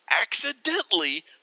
accidentally